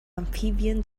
amphibian